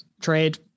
trade